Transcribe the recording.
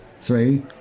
three